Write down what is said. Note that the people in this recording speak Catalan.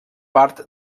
part